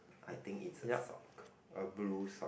I think it's a sock a blue sock